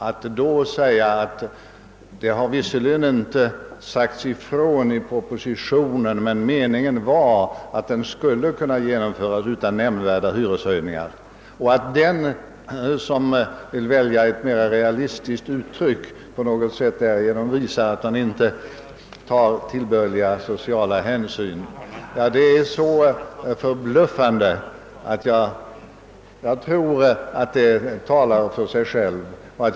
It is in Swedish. Att då förklara att det visserligen inte direkt sagts ifrån i propositionen men att meningen var att förslaget skulle kunna genomföras utan mnämnvärda hyreshöjningar är orimligt. Att den, som vill välja ett mera realistiskt uttryck, därigenom på något sätt skulle visa att han inte tar tillbörliga sociala hänsyn är så förbluffande, att det talar för sig självt.